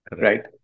right